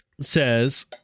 says